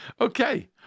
Okay